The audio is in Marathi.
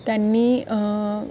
त्यांनी